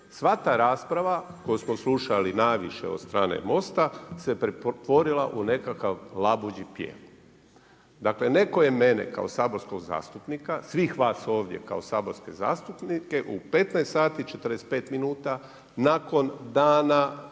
sva ta rasprava koju smo slušali najviše od strane Mosta, se pretvorila u nekakav labuđi pjev. Dakle, netko je mene kao saborskog zastupnika, svih vas ovdje kao saborske zastupnike u 15,45 nakon dana